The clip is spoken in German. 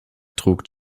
trug